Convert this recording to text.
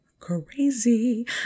Crazy